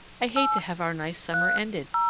i hate to have our nice summer ended.